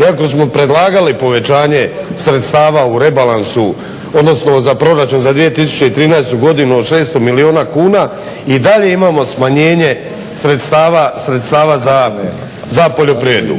iako smo predlagali povećanje sredstava u rebalansu, odnosno za proračun za 2013. godinu od 600 milijuna kuna i dalje imamo smanjenje sredstava za poljoprivredu